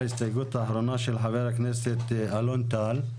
האחרונה של חבר הכנסת אלון טל.